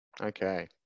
Okay